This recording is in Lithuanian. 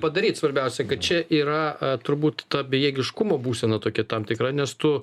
padaryt svarbiausia kad čia yra turbūt ta bejėgiškumo būsena tokia tam tikra nes tu